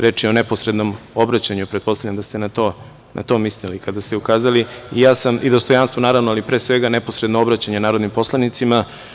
Reč je o neposrednom obraćanju, pretpostavljam da ste na to mislili kada ste ukazali i dostojanstvo, naravno, ali pre svega neposredno obraćanje narodnim poslanicima.